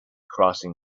crossing